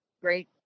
great